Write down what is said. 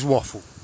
Waffle